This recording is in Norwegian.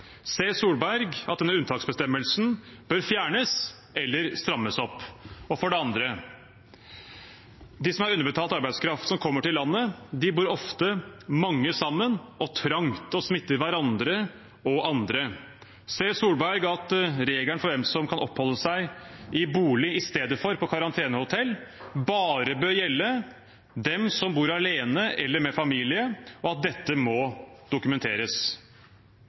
Solberg at denne unntaksbestemmelsen bør fjernes eller strammes opp? For det andre – de som er underbetalt arbeidskraft og kommer til landet, bor ofte trangt og mange sammen og smitter hverandre og andre. Ser Solberg at regelen for hvem som kan oppholde seg i bolig i stedet for på karantenehotell, bare bør gjelde dem som bor alene eller med familien, og at dette må dokumenteres?